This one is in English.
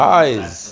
eyes